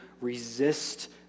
resist